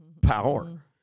Power